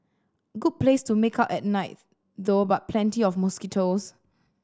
good place to make out at night though but plenty of mosquitoes